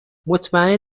مطمئن